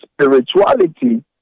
spirituality